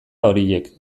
horiek